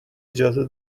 اجازه